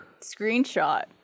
screenshot